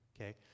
okay